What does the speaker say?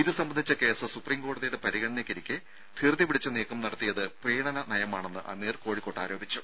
ഇത് സംബന്ധിച്ച case supreme കോടതിയുടെ പരിഗണനയ്ക്കിരിക്കെ ധൃതി പിടിച്ച നീക്കം നടത്തിയത് പ്രീണന നയമാണെന്ന് അമീർ കോഴിക്കോട്ട് ആരോപിച്ചു